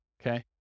Okay